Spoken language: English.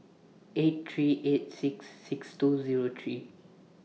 eight three eight six six two three